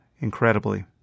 incredibly